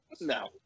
No